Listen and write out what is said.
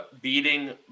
beating